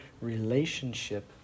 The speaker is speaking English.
relationship